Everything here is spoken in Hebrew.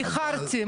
הרי מה